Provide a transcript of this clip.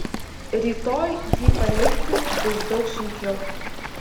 rytoj jį palikti bus daug sunkiau